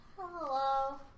Hello